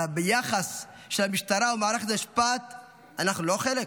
אבל ביחס של המשטרה ומערכת המשפט אנחנו לא חלק?